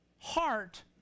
heart